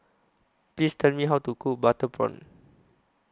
Please Tell Me How to Cook Butter Prawn